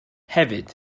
hefyd